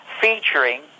featuring